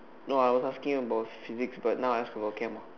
no I was asking about physic but now I ask about Chem ah